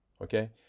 okay